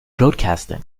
broadcasting